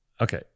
Okay